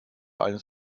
eines